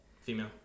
Female